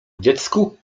dziecku